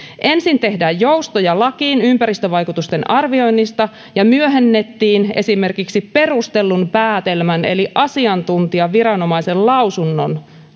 ensin tehdään joustoja lakiin ympäristövaikutusten arvioinnista ja myöhennetään esimerkiksi perustellun päätelmän eli asiantuntijaviranomaisen lausunnon